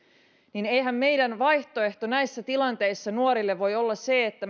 niin eihän meidän vaihtoehtomme näissä tilanteissa nuorille voi olla se että